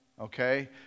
okay